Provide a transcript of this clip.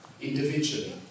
individually